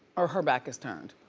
or her back is turned?